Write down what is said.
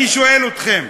אני שואל אתכם: